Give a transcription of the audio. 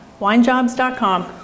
winejobs.com